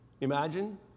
Imagine